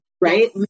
right